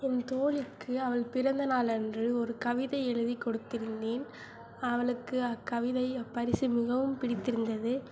என் தோழிக்கு அவள் பிறந்தநாள் அன்று ஒரு கவிதை எழுதி கொடுத்துருந்தேன் அவளுக்கு அக்கவிதை அப்பரிசு மிகவும் பிடித்திருந்தது